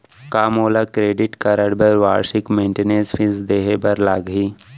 का मोला credit card बर वार्षिक मेंटेनेंस फीस देहे बर लागही?